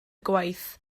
gwaith